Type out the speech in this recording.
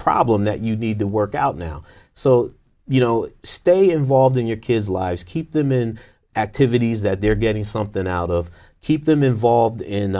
problem that you need to work out now so you know stay involved in your kids lives keep them in activities that they're getting something out of keep them involved in